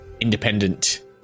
independent